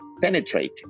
penetrate